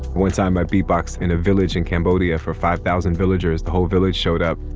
one time i beatboxed in a village in cambodia for five thousand villagers, the whole village showed up.